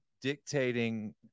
dictating